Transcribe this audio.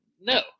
No